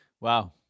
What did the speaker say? Wow